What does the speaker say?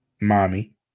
Mommy